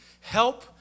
Help